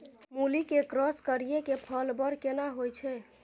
मूली के क्रॉस करिये के फल बर केना होय छै?